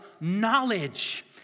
knowledge